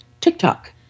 TikTok